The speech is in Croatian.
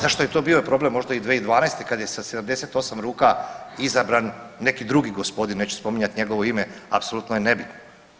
Zašto je to bio problem možda i 2012. kada je sa 78 ruka izabran neki drugi gospodin, neću spominjati njegovo ime apsolutno je nebitno?